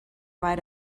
right